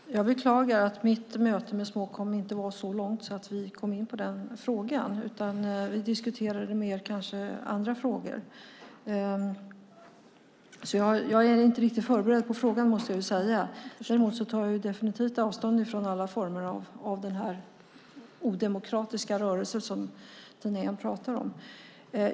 Herr talman! Jag beklagar att mitt möte med Småkom inte var så långt att vi kom in på den frågan. Vi diskuterade andra frågor. Jag måste alltså säga att jag inte är riktigt förberedd på frågan. Däremot tar jag definitivt avstånd från alla former av denna odemokratiska rörelse som Tina Ehn pratar om.